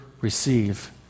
receive